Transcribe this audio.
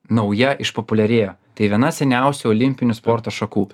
nauja išpopuliarėjo tai viena seniausių olimpinių sporto šakų